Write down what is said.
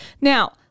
Now